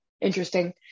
Interesting